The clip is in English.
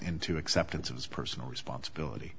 into acceptance of his personal responsibility